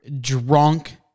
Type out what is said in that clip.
drunk